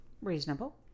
reasonable